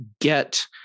get